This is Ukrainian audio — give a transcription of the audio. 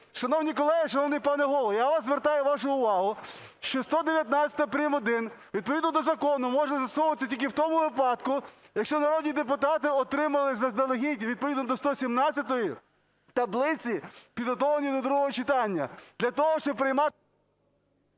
Шановні колеги, шановний пане Голово! Я звертаю вашу увагу, 619 прим. 1, відповідно до закону, може застосовуватися тільки в тому випадку, якщо народні депутати отримали заздалегідь відповідно до 117-ї, таблиці підготовленої до другого читання. Для того, щоб… ГОЛОВУЮЧИЙ.